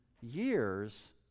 years